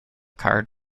card